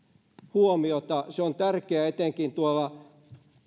huomiota se on tärkeä etenkin tuolla